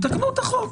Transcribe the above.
תתקנו את החוק.